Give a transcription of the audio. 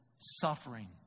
suffering